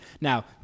Now